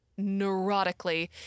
neurotically